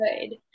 good